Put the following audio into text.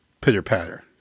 pitter-patter